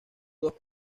dos